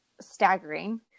staggering